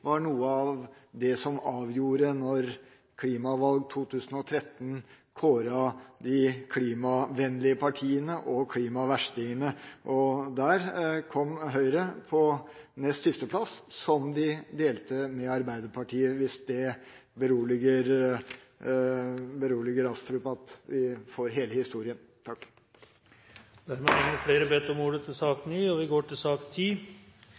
var noe av det som avgjorde da Klimavalg 2013 kåret de klimavennlige partiene og klimaverstingene, og der kom Høyre på nest siste plass, som de delte med Arbeiderpartiet – hvis det beroliger Astrup at vi får hele historien. Flere har ikke bedt om ordet til sak nr. 9. Presidenten har ikke fått noe utkast til